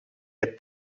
heb